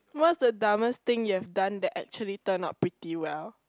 what's the dumbest thing you have done that actually turned out pretty well